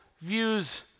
views